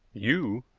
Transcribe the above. you?